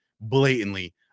blatantly